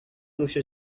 نوش